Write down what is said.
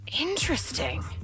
Interesting